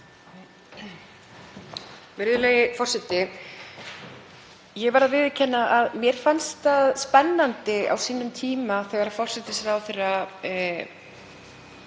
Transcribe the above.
Virðulegi forseti. Ég verð að viðurkenna að mér fannst það spennandi á sínum tíma þegar forsætisráðherra